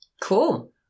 Cool